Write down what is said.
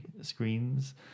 screens